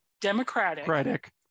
Democratic